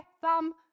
thumb